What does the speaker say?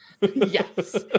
Yes